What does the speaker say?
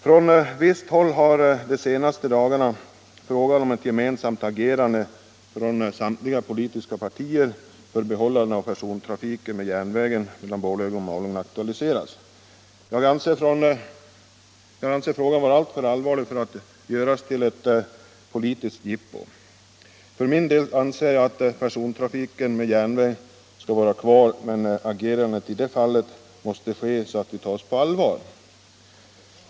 Från visst håll har de senaste dagarna frågan om ett gemensamt agerande från samtliga politiska partier för behållande av persontrafiken med järnväg mellan Borlänge och Malung aktualiserats. Jag betraktar frågan som alltför allvarlig för att göras till ett politiskt jippo. För min del anser jag att persontrafiken med järnväg skall vara kvar, men agerandet i det fallet måste ske så att vi kan tas på allvar.